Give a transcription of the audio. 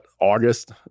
August